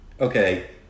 Okay